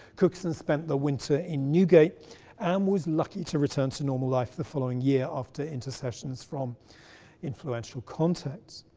cookson spent the winter in newgate and was lucky to return to normal life the following year, after intercessions from influential contacts.